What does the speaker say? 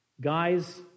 Guys